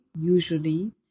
usually